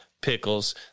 pickles